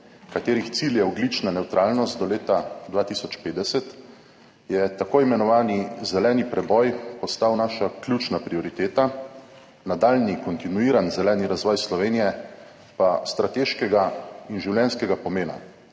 katerih cilj je ogljična nevtralnost do leta 2050, je tako imenovani zeleni preboj postal naša ključna prioriteta, nadaljnji kontinuiran zeleni razvoj Slovenije pa strateškega in življenjskega pomena,